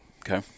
Okay